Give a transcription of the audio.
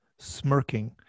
smirking